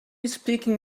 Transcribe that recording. speaking